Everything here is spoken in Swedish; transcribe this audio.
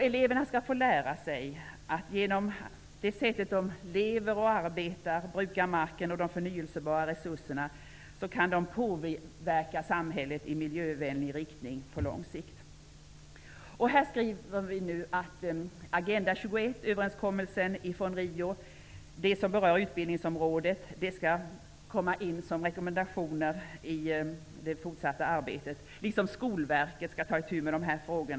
Eleverna skall lära sig att de genom sitt sätt att leva, arbeta, bruka marken och de förnyelsebara resurserna kan påverka samhället i miljövänlig riktning på lång sikt. Vi skriver att de delar som berör utbildningsområdet i Agenda 21, överenskommelsen från Rio, skall komma in som rekommendationer i det fortsatta arbetet. Också Skolverket skall ta itu med dessa frågor.